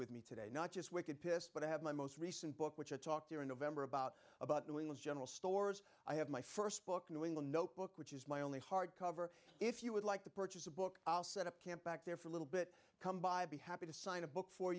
with me today not just wicked pissed but i have my most recent book which i talk here in november about about doing with general stores i have my st book knowing the notebook which is my only hardcover if you would like to purchase a book i'll set up camp back there for a little bit come by be happy to sign a book for